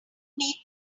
need